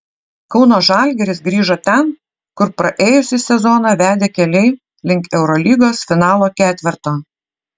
kauno žalgiris grįžo ten kur praėjusį sezoną vedė keliai link eurolygos finalo ketverto